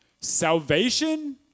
Salvation